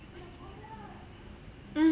m~